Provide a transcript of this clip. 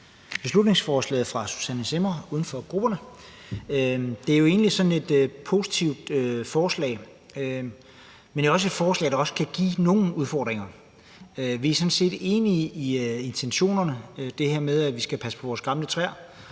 beslutningsforslaget fra Susanne Zimmer, uden for grupperne. Det er jo egentlig et positivt forslag, men det er også et forslag, der kan give nogle udfordringer. Vi er sådan set enige i intentionerne, altså det her med, at vi skal passe på vores gamle træer,